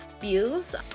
views